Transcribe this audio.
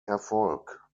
erfolg